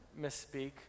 misspeak